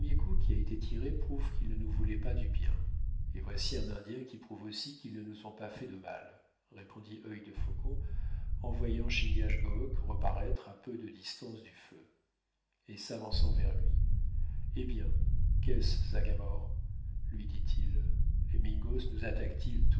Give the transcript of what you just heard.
qui a été tiré prouve qu'ils ne nous voulaient pas du bien et voici un indien qui prouve aussi qu'ils ne nous ont pas fait de mal répondit œil de faucon en voyant chingachgook reparaître à peu de distance du feu et s'avançant vers lui eh bien qu'est-ce sagamore lui dit-il les mingos nous attaquent ils